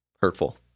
Hurtful